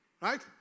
right